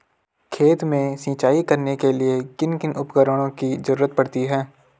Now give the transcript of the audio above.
खेत में सिंचाई करने के लिए किन किन उपकरणों की जरूरत पड़ती है?